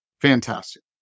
fantastic